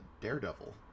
Daredevil